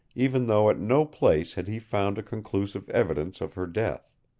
even though at no place had he found a conclusive evidence of her death.